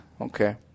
Okay